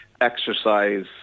exercise